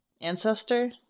Ancestor